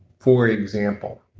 for example,